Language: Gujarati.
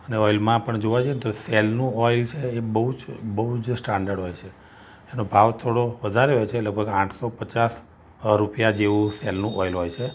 અને ઑઇલમાં પણ જોવા જઈએ ને તો સેલ નું ઑઇલ છે એ બહુ જ બહુ જ સ્ટાન્ડર્ડ હોય છે એનો ભાવ થોડો વધારે હોય છે લગભગ આઠસો પચાસ રૂપિયા જેવું સેલ નું ઑઇલ હોય છે